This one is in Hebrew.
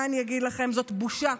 מה אני אגיד לכם, זאת בושה,